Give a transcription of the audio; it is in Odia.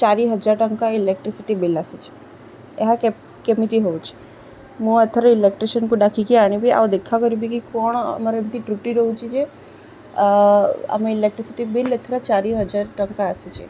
ଚାରି ହଜାର ଟଙ୍କା ଇଲେକ୍ଟ୍ରିସିଟି ବିଲ୍ ଆସିଛି ଏହା କେମିତି ହେଉଛି ମୁଁ ଏଥର ଇଲେକ୍ଟ୍ରିସିଆନ୍କୁ ଡ଼ାକିକି ଆଣିବି ଆଉ ଦେଖା କରିବି କି କ'ଣ ଆମର ଏମିତି ତ୍ରୁଟି ରହୁଛି ଯେ ଆମ ଇଲେକ୍ଟ୍ରିସିଟି ବିଲ୍ ଏଥର ଚାରି ହଜାର ଟଙ୍କା ଆସିଛି